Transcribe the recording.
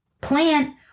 plant